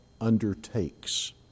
undertakes